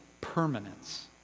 permanence